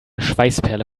schweißperle